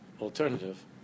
alternative